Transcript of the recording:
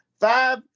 Five